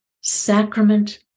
sacrament